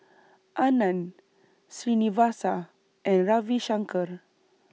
Anand Srinivasa and Ravi Shankar